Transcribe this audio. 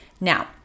Now